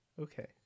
okay